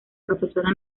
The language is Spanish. profesora